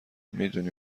میدونی